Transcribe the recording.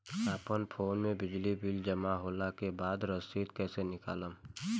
अपना फोन मे बिजली बिल जमा होला के बाद रसीद कैसे निकालम?